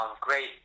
great